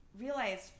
realized